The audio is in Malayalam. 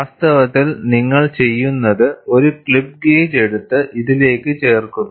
വാസ്തവത്തിൽ നിങ്ങൾ ചെയ്യുന്നത് ഒരു ക്ലിപ്പ് ഗേജ് എടുത്ത് ഇതിലേക്ക് ചേർക്കുന്നു